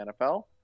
nfl